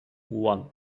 one